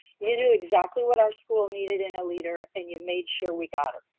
you knew exactly what our school needed in a leader and you made sure we got it.